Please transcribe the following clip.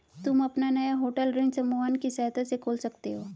तुम अपना नया होटल ऋण समूहन की सहायता से खोल सकते हो